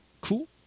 Cool